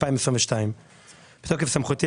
התשפ"ג-2022 "בתוקף סמכותי,